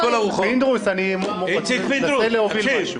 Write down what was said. פינדרוס, אני מנסה להוביל משהו.